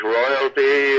royalty